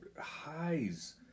highs